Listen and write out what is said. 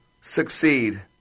Succeed